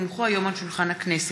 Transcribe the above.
כי הונחו היום על שולחן הכנסת,